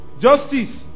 Justice